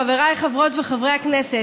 חבריי חברות וחברי הכנסת,